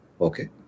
Okay